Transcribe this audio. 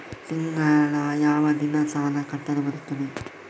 ತಿಂಗಳ ಯಾವ ದಿನ ಸಾಲ ಕಟ್ಟಲು ಬರುತ್ತದೆ?